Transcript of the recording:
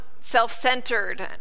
self-centered